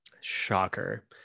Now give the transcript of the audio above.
Shocker